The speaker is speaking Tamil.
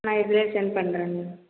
நான் இதிலேயே சென்ட் பண்ணுறேன்